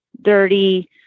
dirty